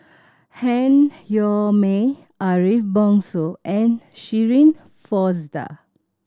Han Yong May Ariff Bongso and Shirin Fozdar